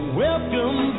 welcome